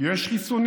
כי יש חיסונים.